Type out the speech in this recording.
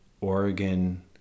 Oregon